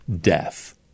death